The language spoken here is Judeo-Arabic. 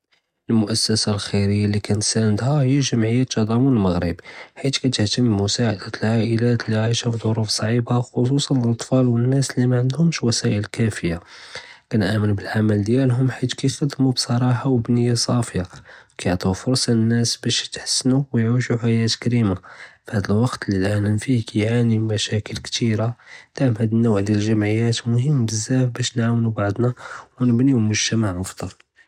לְמוּאַסָסָה אלחִ'ירִיָה לִי כּנְסאנדהָא הִי גְ'מִעִיָה תְּדָאמֻן אלמָעְ'רִבּ, חִית כּתְהְתַם בִּמְסָאעַדַה עָאִילָאת עַאיְשָה פִּצְּרוּף צְעִיבָּה חֻצוּסָאן אַטְפָאל וּנָאס לִי מָעְנדהוּמש וַסָאִל כָּאפִיָה. כּנְאָאמֶן בּלעַמַל דִיאַלְהוּם חִית כּיַחְדְמוּ בּצּרָאחָה וּנִיָה צָאפִיָה, כּיַעטוּ פֻרְצָה לִנָאס בּאש יִתְחַסְנוּ וּיְעִישוּ חְיַאה כְּרִימָא. פַהָאד אלוּקּת לִלעָאלֶם יַעָאנִי מן משָׁאקִּל כְּתִירָה, דאבָּא האד נוּע מן לגְ'מְעִיָאת מֻהִם בּזזאף לִאש נְעָאוְנוּ בּעְדְנָא וּנְבְּנִיוּ מֻגְ'תַמַע אַפְצַל.